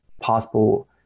possible